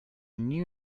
new